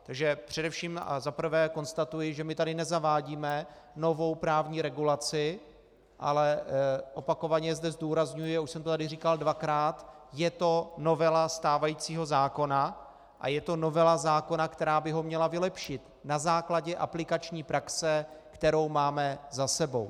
Takže především a za prvé konstatuji, že tady nezavádíme novou právní regulaci, ale opakovaně zde zdůrazňuji, a už jsem to tady říkal dvakrát, je to novela stávajícího zákona a je to novela zákona, která by ho měla vylepšit na základě aplikační praxe, kterou máme za sebou.